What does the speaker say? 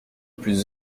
plus